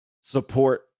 support